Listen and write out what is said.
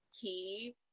key